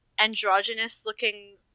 Androgynous-looking